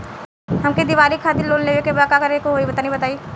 हमके दीवाली खातिर लोन लेवे के बा का करे के होई तनि बताई?